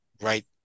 right